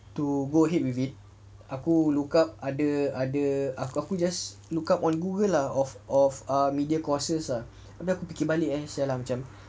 to go ahead with it aku look up ada ada aku aku just look up on google lah of of ah media courses ah abeh aku fikir balik ah macam